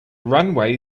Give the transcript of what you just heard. runway